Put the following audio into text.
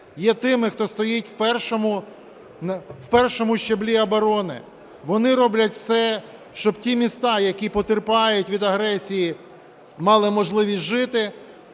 є тими, хто стоїть в першому щаблі оборони. Вони роблять все, щоб ті міста, які потерпають від агресії, мали можливість жити,